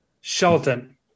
Shelton